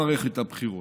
הבחירות,